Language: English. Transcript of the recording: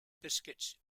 biscuits